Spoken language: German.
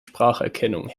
spracherkennung